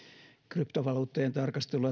kryptovaluuttojen tarkastelua